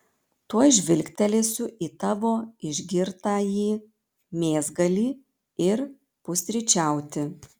tuoj žvilgtelėsiu į tavo išgirtąjį mėsgalį ir pusryčiauti